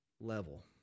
level